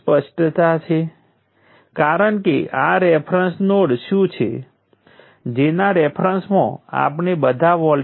તેથી ધારો કે કરંટ 0 ઉપર પાછો જાય છે પછી આ બધી એનર્જી ઇન્ડક્ટરમાંથી બાકીની સર્કિટમાં પાછી આવશે